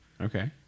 Okay